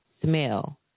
smell